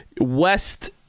West